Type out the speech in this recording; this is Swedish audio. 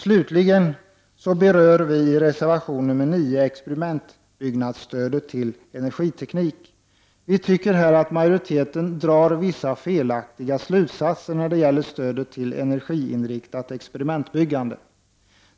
Slutligen berör vi i reservation 9 experimentbyggnadsstödet till energiteknik. Vi tycker här att majoriteten drar vissa felaktiga slutsatser när det gäller stödet till energiinriktat experimentbyggande.